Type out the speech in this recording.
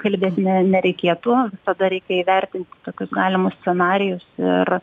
kalbėti ne nereikėtų tada reikia įvertinti tokius galimus scenarijus ir